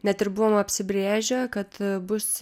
net ir buvom apsibrėžę kad bus